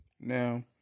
Now